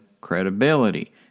credibility